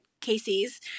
Casey's